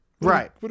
Right